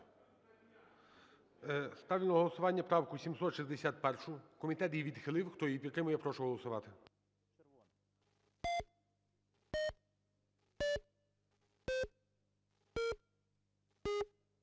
Ставлю на голосування правку 809. Комітетом вона відхилена. Хто її підтримує, я прошу голосувати.